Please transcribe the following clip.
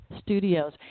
Studios